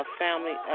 family